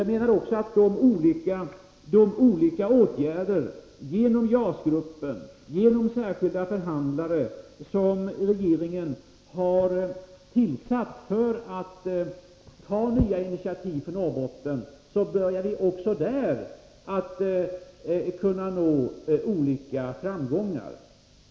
Jag menar också att genom de olika åtgärder — genom tillsättandet av JAS-gruppen och genom särskilda förhandlare — som regeringen har vidtagit för att det skall tas nya initiativ för Norrbotten börjar vi också kunna nå framgångar i skilda hänseenden.